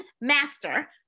master